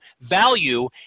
value